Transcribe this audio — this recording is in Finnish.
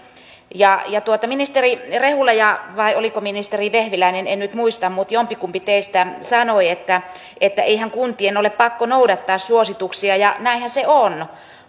ministeri rehula vai oliko ministeri vehviläinen en nyt muista mutta jompikumpi teistä sanoi että että eihän kuntien ole pakko noudattaa suosituksia näinhän se on